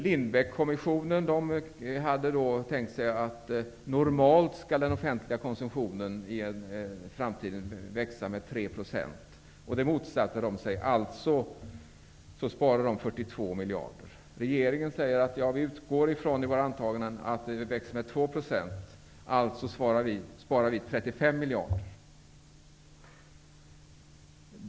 Lindbeckkommissionen hade tänkt sig att den offentliga konsumtionen i framtiden normalt skall växa med 3 %. Det motsatte man sig och sparade således 42 miljarder. Regeringen säger att man i sina antaganden utgår ifrån att konsumtionen växer med 2 %, alltså sparar man 35 miljarder.